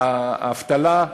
האבטלה,